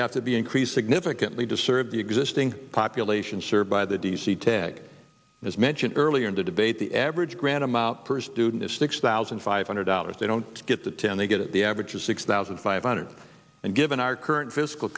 have to be increased significantly to serve the existing population served by the d c tag as mentioned earlier in the debate the average grant him out per student is six thousand five hundred dollars they don't get the ten they get at the average of six thousand five hundred and given our current fiscal